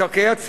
מקרקעי הציבור,